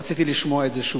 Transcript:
רציתי לשמוע את זה שוב.